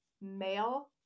male